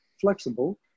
flexible